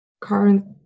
current